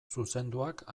zuzenduak